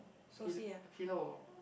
phil~ philo